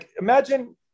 imagine